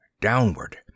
downward